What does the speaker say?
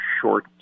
short